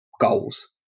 goals